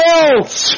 else